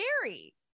scary